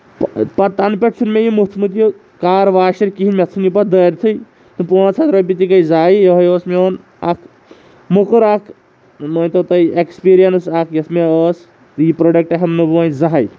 پتہٕ تَنہٕ پٮ۪ٹھ چھُ نہٕ مےٚ یہِ موتھمُت مےٚ یہِ کار واشر کِہینۍ مےٚ ژھنۍ یہِ پَتہٕ دٲرتھٕے پانٛژھ ہَتھ رۄپیہِ تہِ گٔیے زایہِ ہیوے اوس مےٚ اوٚن اکھ موٚکُر اکھ مٲنۍ تو تُہۍ اٮ۪کٕسپیٖرینس اکھ یۄس مےٚ ٲسۍ یہِ پروڈکٹ ہیمنہٕ بہٕ وۄنۍ زٕہٕنۍ